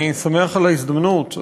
אני שמח על ההזדמנות,